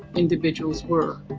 individuals were.